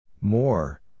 More